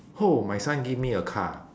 oh my son give me a car